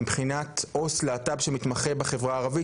מבחינת עו״ס להט״ב שמתמחה בחברה הערבית,